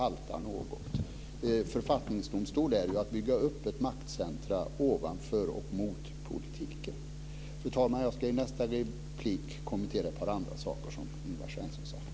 Att införa en författningsdomstol är ju att bygga upp ett maktcentrum ovanför och mot politiken. Fru talman! I nästa replik ska jag kommentera ett par andra saker som Ingvar Svensson sade.